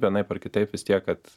vienaip ar kitaip vis tiek kad